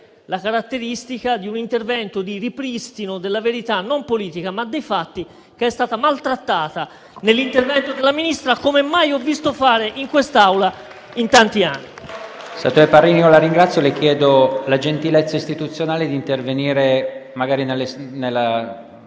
la caratteristica di un intervento di ripristino della verità non politica, ma dei fatti, che è stata maltrattata nell'intervento della Ministra, come mai ho visto fare in quest'Aula in tanti anni.